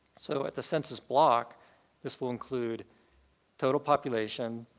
so at the census block this will include total population,